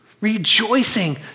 Rejoicing